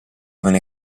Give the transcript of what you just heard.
venne